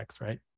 right